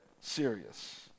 serious